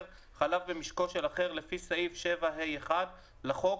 חלב במשקו של אחר לפי סעיף 7(ה)(1) לחוק,